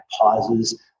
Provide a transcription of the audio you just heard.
pauses